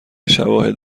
شواهد